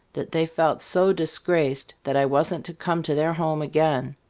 that they felt so disgraced that i wasn't to come to their home again.